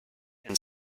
and